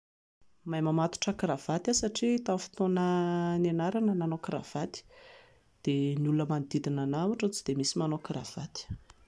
Mahay mamatotra karavato aho satria tamin'ny fotoana nianarana nanao karavato, dia ny olona manodidina ahy ohatran'ny tsy dia misy manao karavato